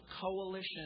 coalition